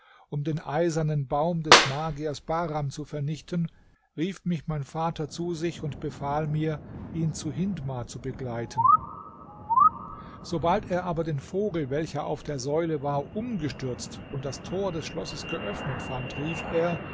um den eisernen baum des magiers bahram zu vernichten rief mich mein vater zu sich und befahl mir ihn zu hindmar zu begleiten sobald er aber den vogel welcher auf der säule war umgestürzt und das tor des schlosses geöffnet fand rief er